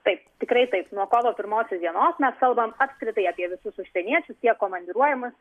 taip tikrai taip nuo kovo pirmosios dienos mes kalbam apskritai apie visus užsieniečius tiek komandiruojamus